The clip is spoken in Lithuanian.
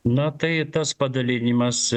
na tai tas padalinimas